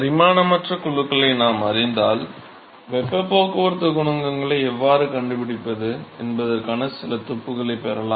பரிமாணமற்ற குழுக்களை நாம் அறிந்தால் வெப்பப் போக்குவரத்துக் குணகங்களை எவ்வாறு கண்டுபிடிப்பது என்பதற்கான சில துப்புகளைப் பெறலாம்